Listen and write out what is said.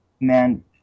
man